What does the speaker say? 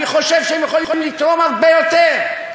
אני חושב שהם יכולים לתרום הרבה יותר.